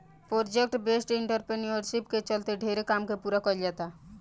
project based entrepreneurship के चलते ढेरे काम के पूरा कईल जाता